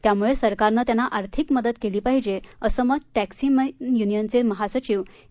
त्यामुळे सरकारनं त्यांना आर्थिक मदत केली पाहिजे असे मत टॅक्सी मेन युनियनचे महासचिव ए